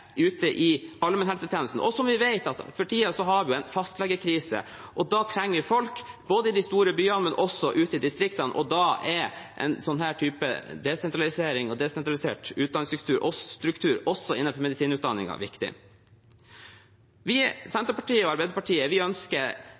ute i allmennhelsetjenesten. Som vi vet, har vi for tiden en fastlegekrise. Da trenger vi folk både i de store byene og også ute i distriktene, og da er en sånn type desentralisering og desentralisert utdanningsstruktur også innenfor medisinutdanningen viktig. Vi i Senterpartiet og Arbeiderpartiet ønsker vekst og utvikling i hele Norge. Det er sånn vi